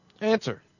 Answer